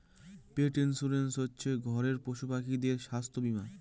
পেট insurance হচ্ছে ঘরের পশুপাখিদের স্বাস্থ্য বীমা